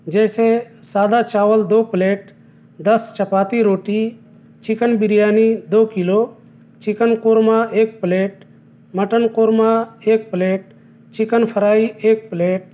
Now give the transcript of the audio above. جیسے سادہ چاول دو پلیٹ دس چپاتی روٹی چکن بریانی دو کلو چکن قورما ایک پلیٹ مٹن قورما ایک پلیٹ چکن فرائی ایک پلیٹ